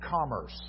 commerce